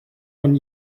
von